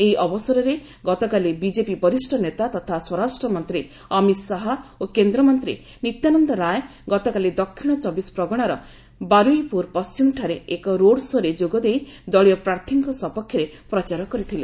ଏହି ଅବସରରେ ଗତକାଲି ବିଜେପି ବରିଷ୍ଠ ନେତା ତଥା ସ୍ୱରାଷ୍ଟ୍ରମନ୍ତ୍ରୀ ଅମିତ ଶାହା ଓ କେନ୍ଦ୍ରମନ୍ତ୍ରୀ ନିତ୍ୟାନନ୍ଦ ରାୟ ଗତକାଲି ଦକ୍ଷିଣ ଚବିଶ ପ୍ରଗଣାର ବାର୍ରଇପୁର ପଶ୍ଚିମଠାରେ ଏକ ରୋଡ ଶୋ' ରେ ଯୋଗଦେଇ ଦଳୀୟ ପ୍ରାର୍ଥୀଙ୍କ ସପକ୍ଷରେ ପ୍ରଚାର କରିଥିଲେ